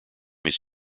his